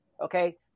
Okay